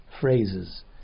phrases